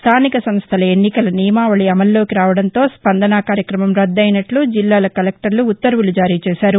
స్థానిక సంస్థల ఎన్నికల నియమావళి అమల్లోకి రావడంతో స్పందన కార్యక్రమం రద్దు అయినట్లు జిల్లాల కలెక్టర్లు ఉత్తర్వులు జారీ చేశారు